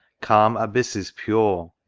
calm abysses pure,